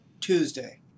Tuesday